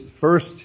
first